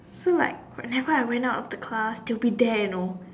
so like whenever I went of the class they'll be there you know